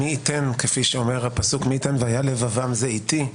כפי שאומר הפסוק: מי יתן והיה לבבם זה איתי.